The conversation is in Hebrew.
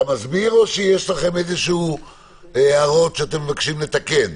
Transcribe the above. אתה מסביר, או שיש לכם הערות שאתם מבקשים לתקן?